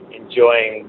enjoying